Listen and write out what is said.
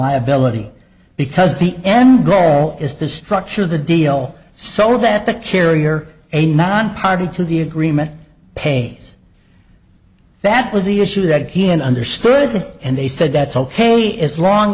liability because the end goal is to structure the deal so that the carrier a not party to the agreement pays that was the issue that he and understood and they said that's ok as long